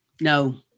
No